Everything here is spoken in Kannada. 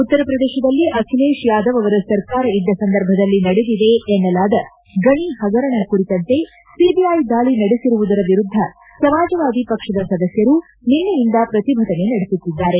ಉತ್ತರ ಪ್ರದೇಶದಲ್ಲಿ ಅಖಿಲೇಶ್ ಯಾದವ್ ಅವರ ಸರ್ಕಾರ ಇದ್ದ ಸಂದರ್ಭದಲ್ಲಿ ನಡೆದಿದೆ ಎನ್ನಲಾದ ಗಣಿ ಹಗರಣ ಕುರಿತಂತೆ ಸಿಬಿಐ ದಾಳಿ ನಡೆಸಿರುವುದರ ವಿರುದ್ದ ಸಮಾಜವಾದಿ ಪಕ್ಷದ ಸದಸ್ಯರು ನಿನ್ನೆಯಿಂದ ಪ್ರತಿಭಟನೆ ನಡೆಸುತ್ತಿದ್ದಾರೆ